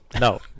No